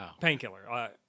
painkiller